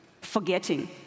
forgetting